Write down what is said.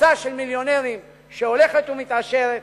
וקבוצה של מיליונרים שהולכת ומתעשרת,